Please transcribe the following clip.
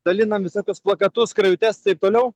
dalinam visokius plakatus skrajutes taip toliau